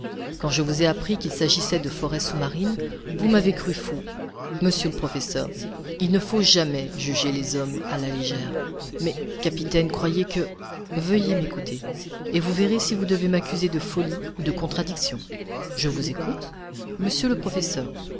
quand je vous ai appris qu'il s'agissait de forêts sous-marines vous m'avez cru fou monsieur le professeur il ne faut jamais juger les hommes à la légère mais capitaine croyez que veuillez m'écouter et vous verrez si vous devez m'accuser de folie ou de contradiction je vous écoute monsieur le professeur